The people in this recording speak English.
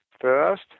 First